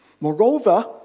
Moreover